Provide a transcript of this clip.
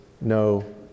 no